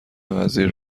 وزیر